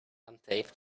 untaped